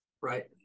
Right